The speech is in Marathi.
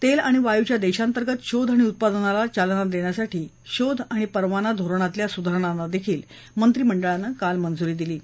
तेल आणि वायूच्या देशांतर्गत शोध आणि उत्पादनाला चालना देण्यासाठी शोध आणि परवाना धोरणातल्या सुधारणांनाही मंत्रिमंडळानं मंजुरी दिली आहे